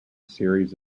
series